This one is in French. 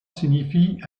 signifie